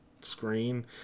screen